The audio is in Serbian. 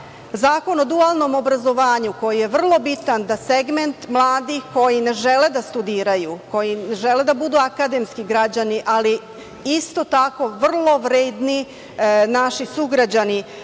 o dualnom obrazovanju, koji je vrlo bitan da segment mladih koji ne žele da studiraju, koji ne žele da budu akademski građani, ali isto tako vrlo vredni naši sugrađani,